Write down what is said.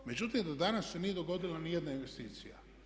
Međutim do danas se nije dogodila ni jedna investicija.